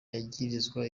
yagirizwa